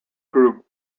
group